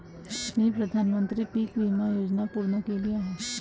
मी प्रधानमंत्री पीक विमा योजना पूर्ण केली आहे